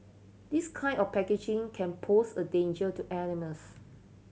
this kind of packaging can pose a danger to animals